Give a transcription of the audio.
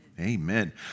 Amen